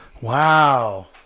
Wow